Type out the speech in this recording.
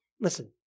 listen